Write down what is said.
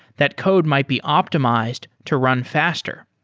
that code might be optimized to run faster.